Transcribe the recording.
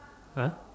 !huh!